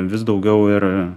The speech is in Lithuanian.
vis daugiau ir